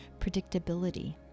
predictability